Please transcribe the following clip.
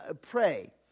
Pray